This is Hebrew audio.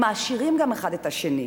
הם מעשירים גם האחד את השני.